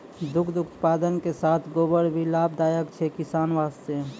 दुग्ध उत्पादन के साथॅ गोबर भी लाभदायक छै किसान वास्तॅ